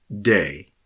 day